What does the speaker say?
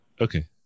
Okay